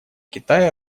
китая